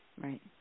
Right